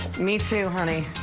me too, honey,